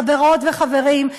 חברות וחברים,